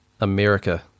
America